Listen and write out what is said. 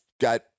got